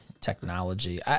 technology